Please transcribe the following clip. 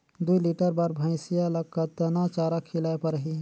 दुई लीटर बार भइंसिया ला कतना चारा खिलाय परही?